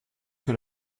que